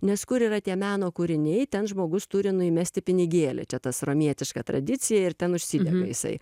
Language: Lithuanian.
nes kur yra tie meno kūriniai ten žmogus turi nu įmesti pinigėlį čia tas ramietiška tradicija ir ten užsidega jisai